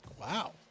Wow